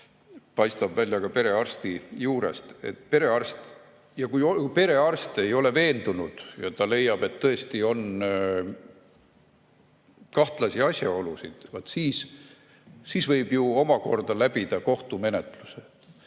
paistab välja ka perearsti juurest. Kui perearst ei ole veendunud ja ta leiab, et tõesti on kahtlasi asjaolusid, vaat siis võib ju omakorda läbida kohtumenetluse.